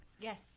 Yes